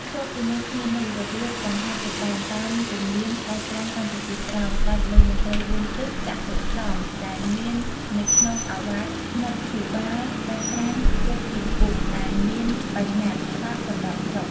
ភ្ជាប់ជាមួយគ្នានោះ របៀបបង្ហាត់ចម្បាំង «តាមទំនៀមស្តេចក្រាញ់កម្ពុជាក្រោម» ស្រេចលើមន្ត្រី៤ទិស «ចតុស្តម្ភ» ដែលមាន នៅក្នុងឱវាទស្និទ្ធិភូបាលស្តេចក្រាញ់គ្រប់ជំពូកដែលមានបញ្ញត្តិច្បាប់សម្រាប់ស្រុក ។